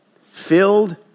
filled